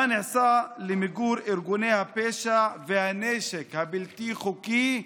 מה נעשה למיגור ארגוני הפשע והנשק הבלתי-חוקי?